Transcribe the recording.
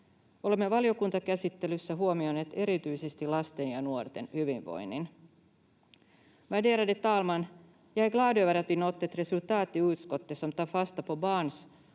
Olemme valiokuntakäsittelyssä huomioineet erityisesti lasten ja nuorten hyvinvoinnin. Värderade talman! Jag är glad över att vi nått ett resultat i utskottet som tar fasta på barns